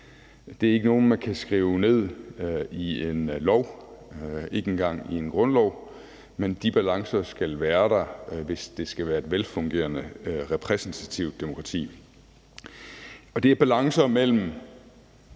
Det er ikke nogle, man kan skrive ned i en lov, ikke engang i en grundlov, men de balancer skal være der, hvis det skal være et velfungerende, repræsentativt demokrati. Det er balancer mellem